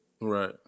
Right